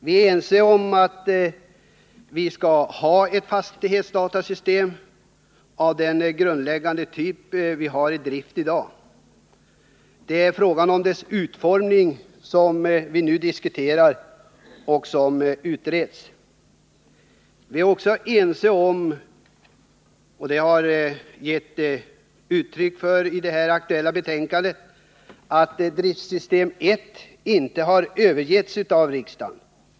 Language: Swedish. Vi är ense om att viskallha Nr 115 ett fastighetsdatasystem av den grundläggande typ vi har i drift i dag. Det är Onsdagen den dess utformning som vi nu diskuterar och utreder. Vi är också ense om-och 9 april 1980 har gett uttryck för detta i det nu aktuella betänkandet — att driftsystem 1 inte har övergetts av riksdagen.